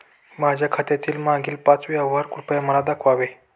माझ्या खात्यातील मागील पाच व्यवहार कृपया मला दाखवावे